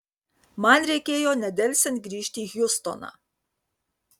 man reikėjo nedelsiant grįžti į hjustoną